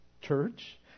Church